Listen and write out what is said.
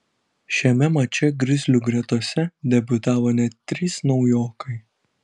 šiame mače grizlių gretose debiutavo net trys naujokai